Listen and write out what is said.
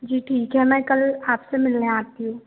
जी ठीक है मैं कल आपसे मिलने आती हूँ